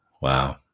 wow